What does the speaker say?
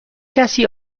کسی